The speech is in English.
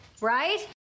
right